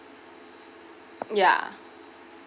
ya